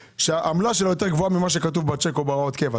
שהעמלה שלה יותר גבוהה ממה שכתוב בצ'ק או בהוראת הקבע.